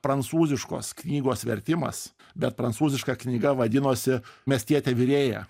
prancūziškos knygos vertimas bet prancūziška knyga vadinosi miestietė virėja